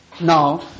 Now